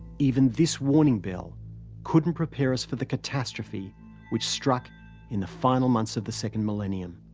even this warning bell couldn't prepare us for the catastrophe which struck in the final months of the second millennium.